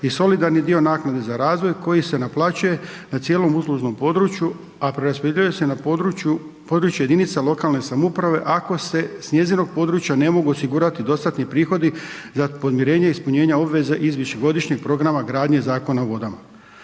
i solidarni dio naknade za razvoj koji se naplaćuje na cijelom uslužnom području, a preraspodjeljuje se na područje jedinica lokalne samouprave ako se s njezinog područja ne mogu osigurati dostatni prihodi za podmirenje ispunjenja obveze iz višegodišnjeg programa gradnje Zakona o vodama.